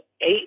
eight